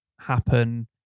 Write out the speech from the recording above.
happen